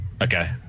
okay